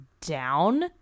down